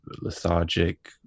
lethargic